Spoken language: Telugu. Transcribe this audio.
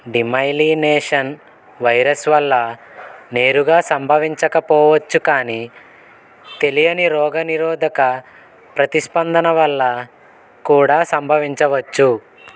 డిమైలీనేషన్ వైరస్ వల్ల నేరుగా సంభవించకపోవచ్చు కానీ తెలియని రోగనిరోధక ప్రతిస్పందన వల్ల కూడా సంభవించవచ్చు